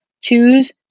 Choose